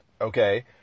Okay